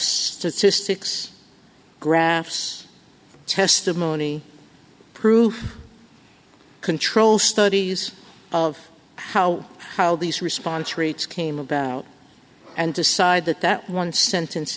statistics graphs testimony proof control studies of how these response rates came about and decide that that one sentence